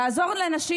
לעזור לנשים,